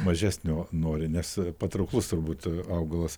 mažesnio nori nes patrauklus turbūt augalas